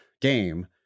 game